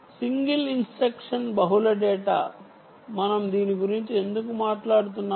single instruction బహుళ data మనం దీని గురించి ఎందుకు మాట్లాడుతున్నాము